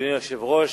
אדוני היושב-ראש,